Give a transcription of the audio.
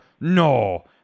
No